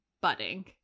budding